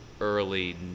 early